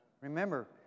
Remember